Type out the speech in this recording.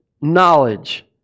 knowledge